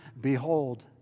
Behold